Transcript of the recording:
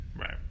right